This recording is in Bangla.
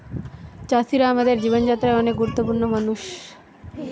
চাষিরা আমাদের জীবন যাত্রায় অনেক গুরুত্বপূর্ণ মানুষ